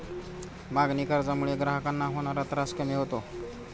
मागणी कर्जामुळे ग्राहकांना होणारा त्रास कमी होतो